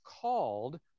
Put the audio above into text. called